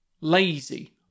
lazy